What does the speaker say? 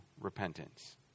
repentance